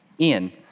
Ian